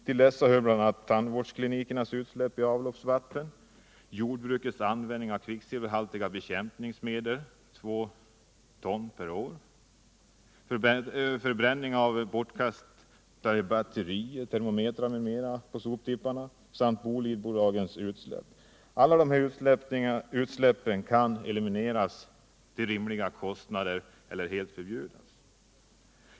Till sådana hör bl.a. tandvårdsklinikernas utsläpp av avloppsvatten, jordbrukets användning av kvicksilverhaltiga bekämpningsmedel — två ton per år — förbränning på soptipparna av bortkastade batterier, termometrar m.m. samt Bolidenbolagets utsläpp. Alla dessa utsläpp kan elimineras för rimliga kostnader eller helt förbjudas.